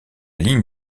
ligne